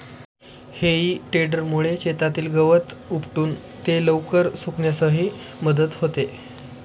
हेई टेडरमुळे शेतातील गवत उपटून ते लवकर सुकण्यासही मदत होते